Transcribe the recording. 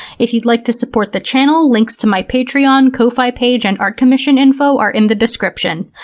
if you'd like to support the channel, links to my patreon, ko-fi page, and art commission info are in the description.